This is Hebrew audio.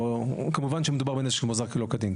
כמובן שמדובר בנשק שמוחזק שלא כדין.